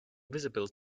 visible